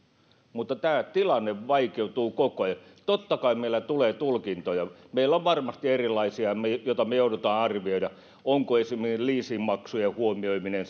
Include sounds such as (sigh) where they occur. mutta tämä tilanne vaikeutuu koko ajan totta kai meillä tulee tulkintoja meillä on varmasti erilaisia tilanteita joita me joudumme arvioimaan esimerkiksi onko leasingmaksujen huomioiminen (unintelligible)